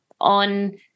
on